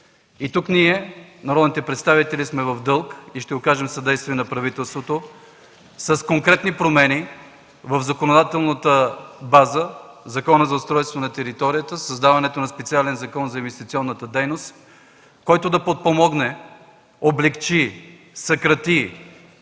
И тук ние, народните представители, сме в дълг и ще окажем съдействие на правителството с конкретни промени в законодателната база – в Закона за устройство на територията, създаването на специален закон за инвестиционната дейност, който да подпомогне, облекчи и съкрати